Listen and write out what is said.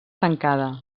tancada